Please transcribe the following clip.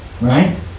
Right